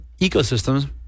ecosystems